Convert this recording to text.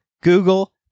Google